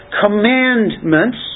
commandments